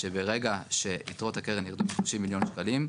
היא שברגע שיתרות הקרן ירדו מ-30 מיליון שקלים,